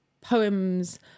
Poems